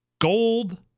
gold